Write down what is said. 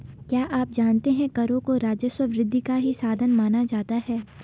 क्या आप जानते है करों को राजस्व वृद्धि का ही साधन माना जाता है?